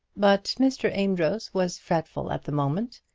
but mr. amedroz was fretful at the moment,